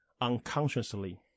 unconsciously